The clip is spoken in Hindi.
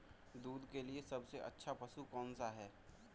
दूध के लिए सबसे अच्छा पशु कौनसा है?